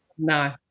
No